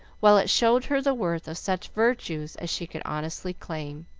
while it showed her the worth of such virtues as she could honestly claim.